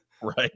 right